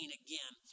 again